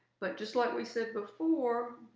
but just like we said before,